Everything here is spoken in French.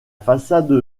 façade